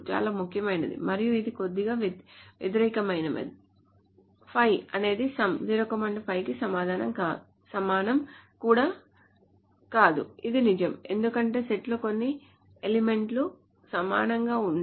చాలా ముఖ్యమైనది మరియు ఇది కొద్దిగా వ్యతిరేకమైనది 5 అనేది some 0 5 కి సమానం కాదు కూడా నిజం ఎందుకంటే సెట్లో కొన్ని ఎలిమెంట్ లు సమానంగా ఉండవు